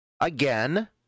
Again